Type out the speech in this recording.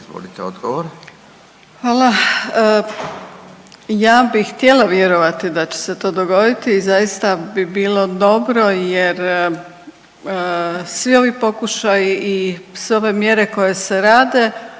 Grozdana (HDZ)** Hvala. Ja bi htjela vjerovati da će se to dogoditi i zaista bi bilo dobro jer svi ovi pokušaji i sve ove mjere koje se rade